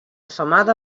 femada